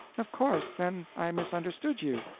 of course, then, i misunderstood you,